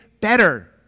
better